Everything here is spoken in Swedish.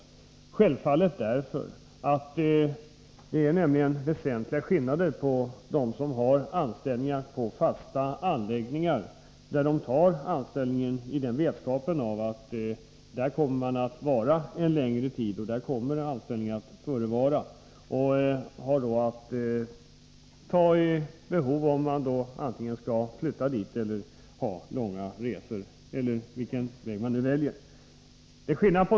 Jag säger självfallet, därför att det är väsentliga skillnader mellan en anställning på fasta anläggningar och en inom byggoch anläggningsbranschen. De som arbetar på fasta anläggningar har tagit anställningen i vetskap om att anställningen kommer att vara en längre tid. De har då att ta ställning till att antingen flytta dit eller ha långa resor.